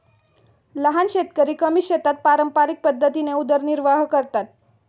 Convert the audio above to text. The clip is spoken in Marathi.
लहान शेतकरी कमी शेतात पारंपरिक पद्धतीने उदरनिर्वाह करतात